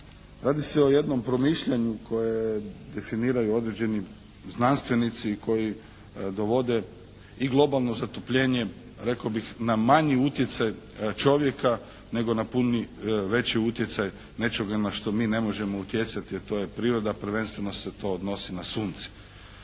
Radi se o jednom promišljanju koje definiraju određeni znanstvenici i koji dovode i globalno zatopljenje rekao bih na manji utjecaj čovjeka nego na puni, veći utjecaj nečega na što mi ne možemo utjecati a to je priroda, prvenstveno se to odnosi na sunce.